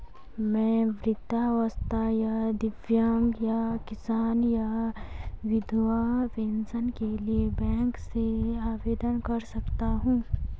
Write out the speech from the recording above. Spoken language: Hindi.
मैं वृद्धावस्था या दिव्यांग या किसान या विधवा पेंशन के लिए बैंक से आवेदन कर सकता हूँ?